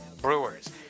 Brewers